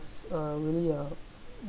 uh really a